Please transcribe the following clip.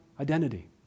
identity